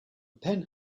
pen